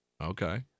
Okay